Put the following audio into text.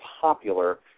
popular